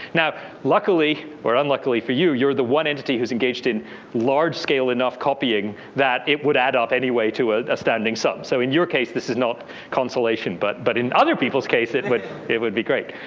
now luckily, or unluckily for you, you're the one entity who's engaged in large-scale enough copying that it would add up anyway to an astounding sum. so in your case, this is not consolation. but but in other people's cases it but it would be great.